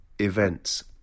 events